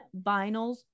vinyls